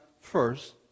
first